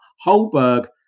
Holberg